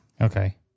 Okay